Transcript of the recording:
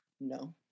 No